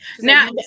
Now